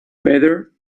better